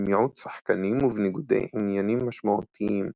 במיעוט שחקנים ובניגודי עניינים משמעותיים.